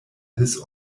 his